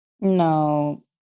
No